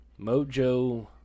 Mojo